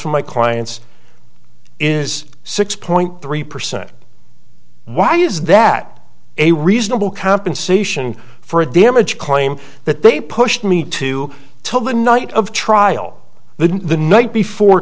from my clients is six point three percent why is that a reasonable compensation for a damage claim that they pushed me to tell the night of trial the the night before